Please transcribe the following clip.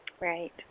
Right